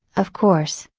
of course,